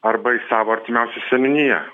arba į savo artimiausią seniūniją